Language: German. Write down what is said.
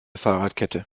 fahrradkette